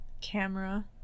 camera